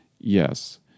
Yes